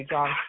John